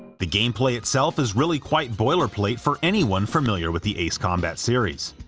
the gameplay itself is really quite boilerplate for anyone familiar with the ace combat series.